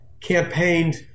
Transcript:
campaigned